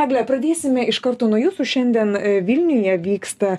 egle pradėsime iš karto nuo jūsų šiandien vilniuje vyksta